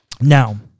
Now